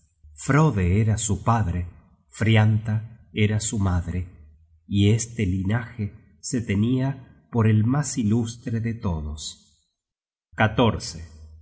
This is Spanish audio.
frode era su padre frianta era su madre y este linaje se tenia por el mas ilustre de todos